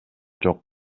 жок